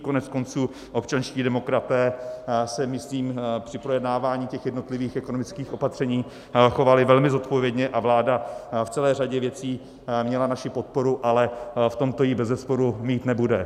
Koneckonců občanští demokraté se, myslím, při projednávání jednotlivých ekonomických opatření chovali velmi zodpovědně a vláda v celé řadě věcí měla naši podporu, ale v tomto ji bezesporu mít nebude.